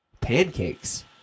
Pancakes